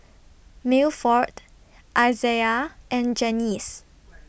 Milford Isaiah and Janyce